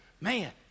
man